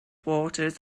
headwaters